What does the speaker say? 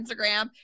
Instagram